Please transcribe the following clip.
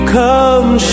come